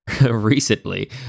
recently